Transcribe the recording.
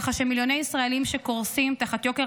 ככה שמיליוני ישראלים שקורסים תחת יוקר